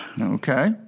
Okay